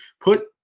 put